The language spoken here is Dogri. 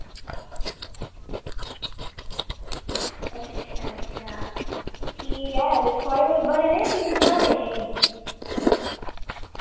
अच्छा अच्छा ठीक ऐ ते थोआढ़े कोल बने दे जां तुसें बनाने अजें